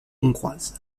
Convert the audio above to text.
hongroise